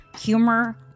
humor